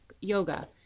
yoga